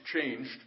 changed